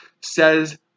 says